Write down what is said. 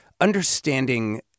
understanding